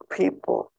people